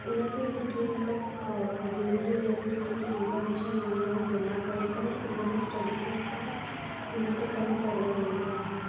हुनखे सुठे मतलबु ज़रूरी ज़रूरी जेकी इंफ़ॉमेशन हूंदी आहे उहो जमा करे करे हुन ते स्टडी करे करे हुन ते कमु करियो वेंदो आहे